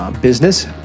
business